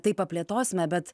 tai paplėtosime bet